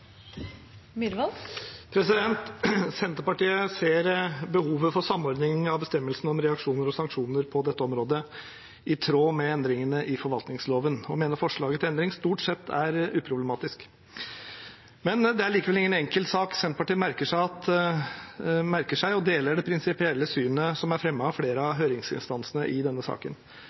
Senterpartiet ser behovet for samordning av bestemmelsene om reaksjoner og sanksjoner på dette området, i tråd med endringene i forvaltningsloven, og mener forslaget til endring stort sett er uproblematisk. Men det er likevel ingen enkel sak. Senterpartiet merker seg og deler det prinsipielle synet som er fremmet av flere av høringsinstansene i denne saken.